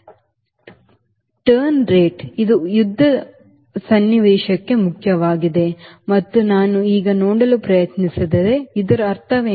ತಿರುವು ದರ ಇದು ಯುದ್ಧ ಸನ್ನಿವೇಶಕ್ಕೆ ಮುಖ್ಯವಾಗಿದೆ ಮತ್ತು ನಾನು ಈಗ ನೋಡಲು ಪ್ರಯತ್ನಿಸಿದರೆ ಇದರ ಅರ್ಥವೇನು